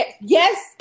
Yes